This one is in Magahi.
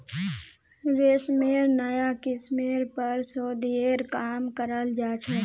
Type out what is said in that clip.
रेशमेर नाया किस्मेर पर शोध्येर काम कराल जा छ